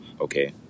okay